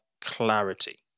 clarity